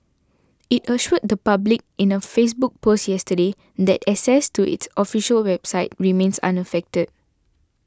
it assured the public in a Facebook post yesterday that access to its official website remains unaffected